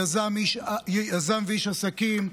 יזם ואיש עסקים,